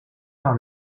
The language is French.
par